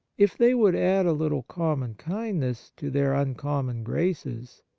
if they would add a little common kindness to their un common graces,